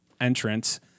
entrance